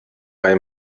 bei